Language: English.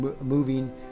moving